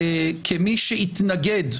כמי שהתנגד,